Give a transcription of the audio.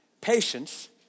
patience